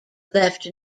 left